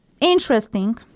interesting